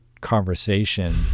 conversation